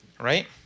right